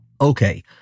Okay